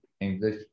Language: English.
English